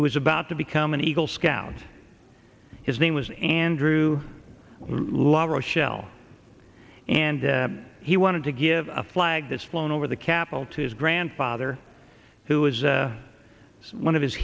who was about to become an eagle scout his name was andrew la rochelle and he wanted to give a flag this flown over the capital to his grandfather who was a one of his